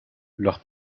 leur